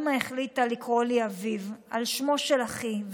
אימא החליטה לקרוא לי אביב על שמו של אחי,